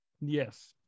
Yes